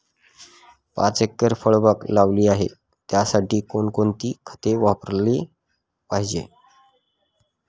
पाच एकर फळबाग लावली आहे, त्यासाठी कोणकोणती खते वापरली पाहिजे?